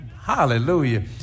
hallelujah